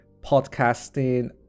podcasting